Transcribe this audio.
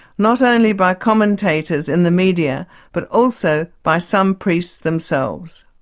not only by commentators in the media but also by some priests themselves.